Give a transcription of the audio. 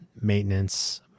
maintenance